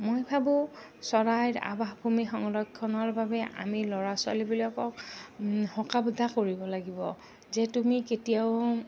মই ভাবোঁ চৰাইৰ আৱাসসভূমি সংৰক্ষণৰ বাবে আমি ল'ৰা ছোৱালীবিলাকক সকাহ বাধা কৰিব লাগিব যে তুমি কেতিয়াও